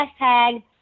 hashtag